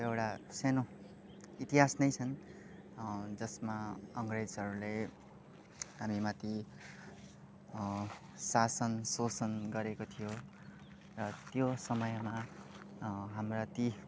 एउटा सोनो इतिहास नै छन् जसमा अङ्ग्रेजहरूले हामीमाथि शासन शोषण गरेको थियो र त्यो समयमा हाम्रा ती